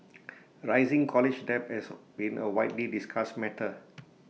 rising college debt has been A widely discussed matter